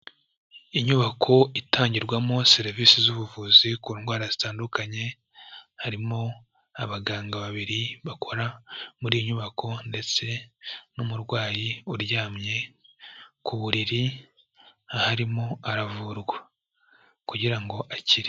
Inyubako itangirwamo serivisi z'ubuvuzi ku ndwara zitandukanye, harimo abaganga babiri, bakora muri iyi nyubako ndetse n'umurwayi uryamye ku buriri, aho arimo aravurwa kugira ngo akire.